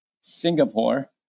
Singapore